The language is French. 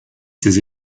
ses